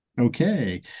Okay